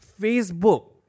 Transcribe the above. Facebook